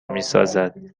میسازد